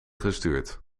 gestuurd